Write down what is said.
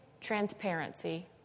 transparency